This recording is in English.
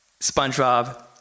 SpongeBob